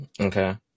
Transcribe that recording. Okay